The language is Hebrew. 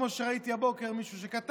כמו שראיתי הבוקר שמישהו שכתב,